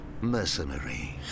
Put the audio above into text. mercenary